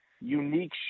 unique